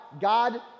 God